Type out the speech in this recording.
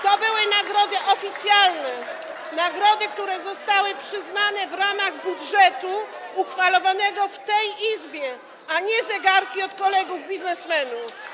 To były nagrody oficjalne, nagrody, które zostały przyznane w ramach budżetu uchwalonego w tej Izbie, a nie zegarki od kolegów biznesmenów.